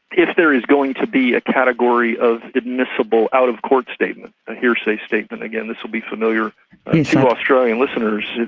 if there is going to be a category of admissible out-of-court statement, a hearsay statement, again, this will be familiar to australian listeners.